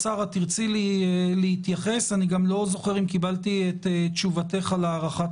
כאשר אי השתתפות יכולה לגרום להרחקת